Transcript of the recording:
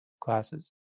classes